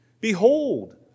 Behold